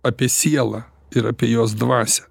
apie sielą ir apie jos dvasią